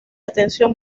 atención